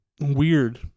weird